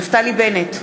נפתלי בנט,